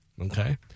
Okay